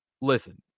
listen